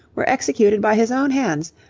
were executed by his own hands,